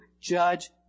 judge